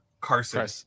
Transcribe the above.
Carson